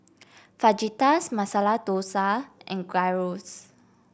Fajitas Masala Dosa and Gyros